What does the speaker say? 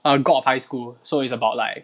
err god of high school so it's about like